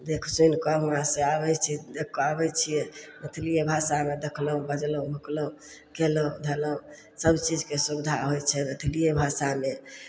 देखि सुनि कऽ हुआँसँ आबै छी देखि कऽ आबै छियै मैथिलिए भाषामे देखलहुँ बजलहुँ भुकलहुँ कयलहुँ धयलहुँ सभ चीजके सुविधा होइ छै मैथिलिए भाषामे